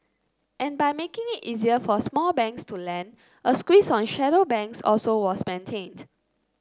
and by making it easier for small banks to lend a squeeze on shadow banks also was maintained